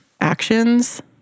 actions